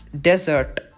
desert